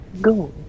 go